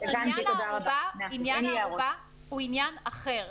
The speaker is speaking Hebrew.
עניין הערובה הוא עניין אחר.